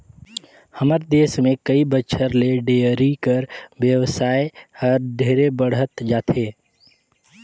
हमर देस में कई बच्छर ले डेयरी कर बेवसाय हर ढेरे बढ़हत जाथे